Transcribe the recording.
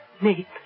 Nate